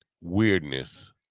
weirdness